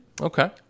Okay